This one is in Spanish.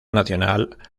nacional